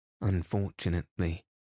Unfortunately